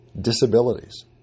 disabilities